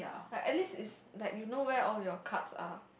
like at least is like you know where all your cards are